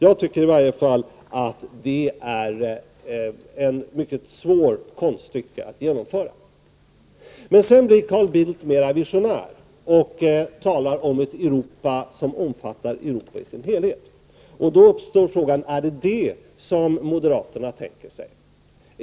Jag tycker i varje fall att det måste vara ett mycket svårt konststycke att genomföra det. Men sedan blev Carl Bildt mer visionär och talade om ett Europa som omfattade Europa i dess helhet. Då uppstår frågan: Är det det som moderaterna tänker sig?